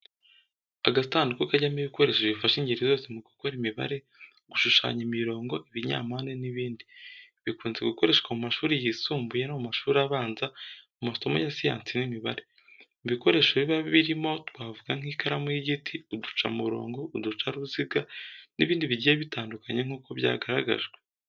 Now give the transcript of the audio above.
Agasanduku kajyamo ibikoresho bifasha ingeri zose mu gukora imibare, gushushanya imirongo, ibinyampande n’ibindi. Bikunze gukoreshwa mu mashuri yisumbuye no mu mashuri abanza mu masomo ya siyansi n'imibare. Mu bikoresho biba birimo twavuga nk’ikaramu y'igiti, uducamurongo, uducaruziga n’ibindi bigiye bitandukanye nk'uko byagaragajwe.